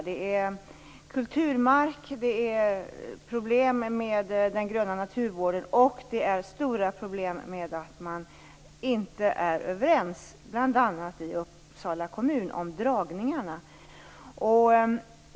Det är problem med kulturmark, med den gröna naturvården och med att man i Uppsala kommun inte är överens om dragningarna.